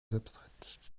abstraites